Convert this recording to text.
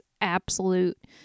absolute